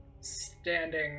standing